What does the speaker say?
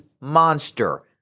monster